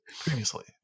Previously